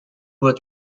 were